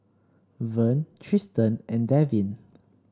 Vern Triston and Devin